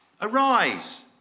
Arise